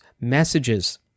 messages